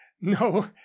no